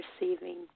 receiving